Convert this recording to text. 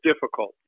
difficult